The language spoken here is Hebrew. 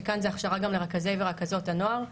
שכאן זה הכשרה גם לרכזי ורכזות הנוער,